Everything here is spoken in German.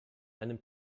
einem